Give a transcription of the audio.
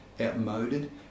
outmoded